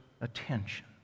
attention